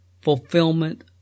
fulfillment